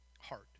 heart